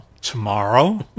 Tomorrow